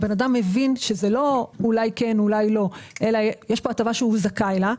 הבן אדם מבין שזה לא אולי כן ואולי לא אלא יש כאן הטבה שהוא זכאי לה.